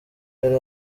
yari